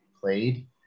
played